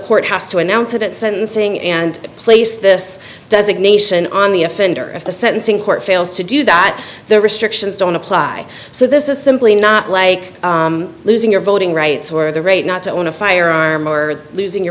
court has to announce it at sentencing and place this designation on the offender at the sentencing court fails to do that the restrictions don't apply so this is simply not like losing your voting rights where the right not to own a firearm or losing your